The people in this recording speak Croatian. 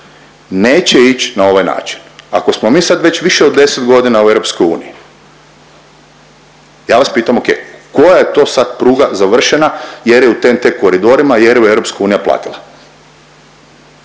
neće ić na ovaj način. Ako smo mi sad već više od 10 godina u EU, ja vas pitam, oke, koja je to sad pruga završena jer je u TNT koridorima jer ju je EU platila?